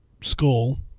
school